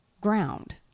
ground